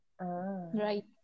right